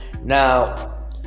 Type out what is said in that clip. Now